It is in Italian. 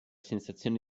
sensazione